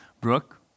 Brooke